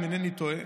אם אינני טועה.